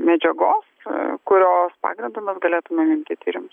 medžiagos kurios pagrindu mes galėtumėm imti tyrimus